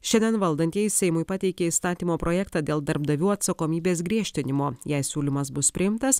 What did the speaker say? šiandien valdantieji seimui pateikė įstatymo projektą dėl darbdavių atsakomybės griežtinimo jei siūlymas bus priimtas